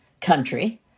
country